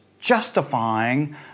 justifying